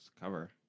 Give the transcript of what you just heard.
cover